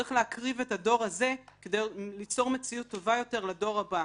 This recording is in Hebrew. שצריך להקריב את הדור הזה כדי ליצור מציאות טובה יותר לדור הבא.